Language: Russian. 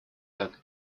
как